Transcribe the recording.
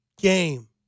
game